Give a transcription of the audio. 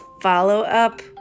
follow-up